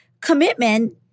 commitment